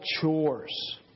chores